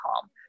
calm